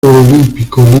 olímpico